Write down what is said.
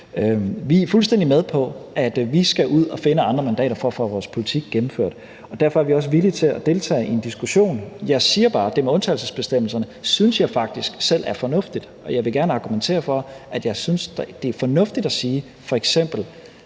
Vi er fuldstændig med på, at vi skal ud at finde andre mandater for at få vores politik gennemført, og derfor er vi også villige til at deltage i en diskussion. Jeg siger bare, at det med undtagelsesbestemmelserne synes jeg faktisk selv er fornuftigt, og jeg vil gerne argumentere for, at jeg synes, at det f.eks. er fornuftigt at sige,